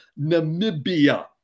Namibia